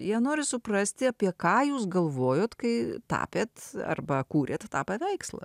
jie nori suprasti apie ką jūs galvojot kai tapėt arba kūrėt tą paveikslą